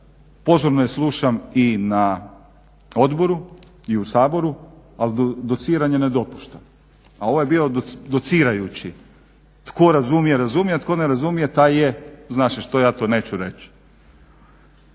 pozorno je slušam i na Odboru i u Saboru ali dociranje ne dopuštam a ovo je bio docirajući tko razumije, taj je zna se što. Ja to neću reći.